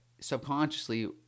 subconsciously